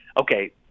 okay